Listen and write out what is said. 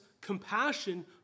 compassion